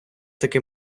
таки